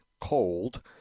cold